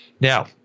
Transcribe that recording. Now